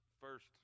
first